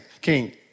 king